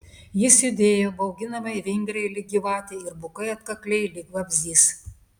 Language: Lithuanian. jis judėjo bauginamai vingriai lyg gyvatė ir bukai atkakliai lyg vabzdys